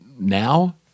now